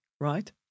right